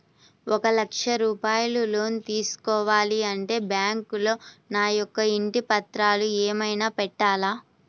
ఒక లక్ష రూపాయలు లోన్ తీసుకోవాలి అంటే బ్యాంకులో నా యొక్క ఇంటి పత్రాలు ఏమైనా పెట్టాలా?